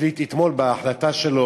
כי ראינו מה בג"ץ החליט אתמול בהחלטה שלו,